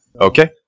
Okay